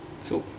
so